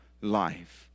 life